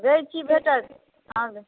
गैंची भेटत